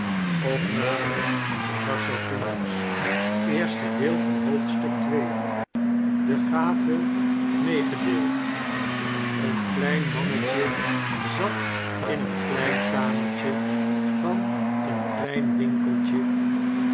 de gave meegedeeld een klein mannet je zat in een klein kamertje van een klein winkeltje